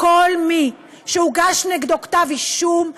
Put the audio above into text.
כל מי שהוגש נגדו כתב אישום,